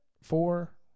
four